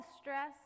stress